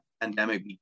pandemic